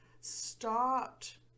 stopped